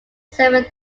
seven